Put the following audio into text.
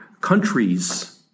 countries